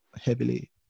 heavily